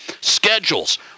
schedules